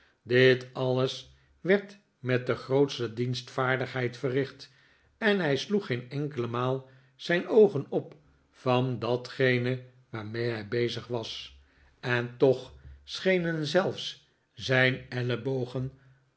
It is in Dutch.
dit alles werd met de grootste dienstvaardigheid verricht en hij sloeg geen enkele maal zijn oogen op van datgene waarmee hij bezig was en toch schenen zelfs zijn ellebogen